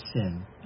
sin